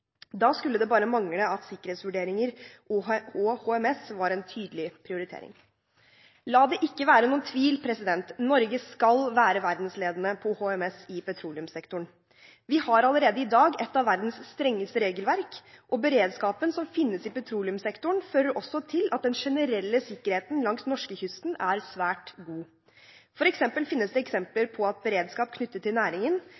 Da skulle det bare mangle at ikke sikkerhetsvurderinger og HMS var en tydelig prioritering. La det ikke være noen tvil: Norge skal være verdensledende på HMS i petroleumssektoren. Vi har allerede i dag et av verdens strengeste regelverk, og beredskapen som finnes i petroleumssektoren, fører også til at den generelle sikkerheten langs norskekysten er svært god. Det finnes